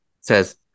says